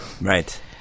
right